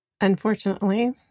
Unfortunately